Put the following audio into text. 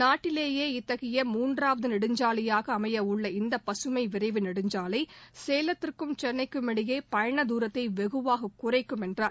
நாட்டிலேயே இத்தகைய மூன்றாவது நெடுஞ்சாலையாக அமைய உள்ள இந்த பசுமை விரைவு நெடுஞ்சாலை சேலத்திற்கும் சென்னைக்கும் இடையே பயண தூரத்தை வெகுவாக குறைக்கும் என்றார்